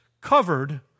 covered